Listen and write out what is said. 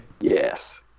Yes